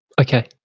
okay